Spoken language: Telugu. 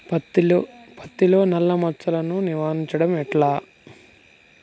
పత్తిలో నల్లా మచ్చలను నివారించడం ఎట్లా?